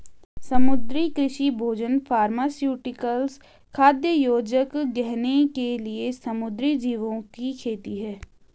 समुद्री कृषि भोजन फार्मास्यूटिकल्स, खाद्य योजक, गहने के लिए समुद्री जीवों की खेती है